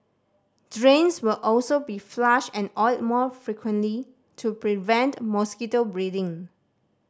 drains will also be flushed and oiled more frequently to prevent mosquito breeding